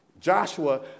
Joshua